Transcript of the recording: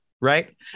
right